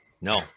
No